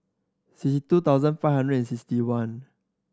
sixty two thousand five hundred sixty one